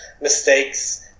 mistakes